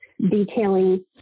detailing